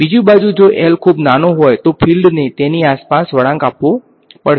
બીજી બાજુ જો L ખૂબ નાનો હોય તો ફીલ્ડને તેની આસપાસ વળાંક આપવો પડશે